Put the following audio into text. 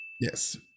Yes